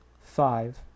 five